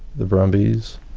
the brumbies,